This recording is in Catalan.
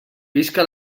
visca